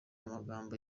amagambo